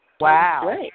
Wow